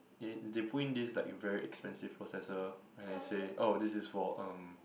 they they put in this like very expensive processor and they say oh this is for um